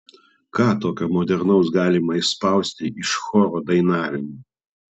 ką tokio modernaus galima išspausti iš choro dainavimo